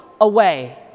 away